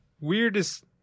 weirdest